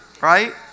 Right